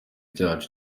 cyacu